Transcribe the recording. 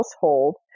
household